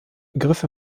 griff